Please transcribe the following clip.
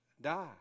die